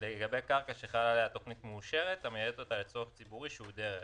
לגבי קרקע שחלה עליה תוכנית מאושרת המייעדת אותה לצורך ציבורי שהוא דרך.